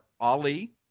Ali